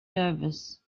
nervous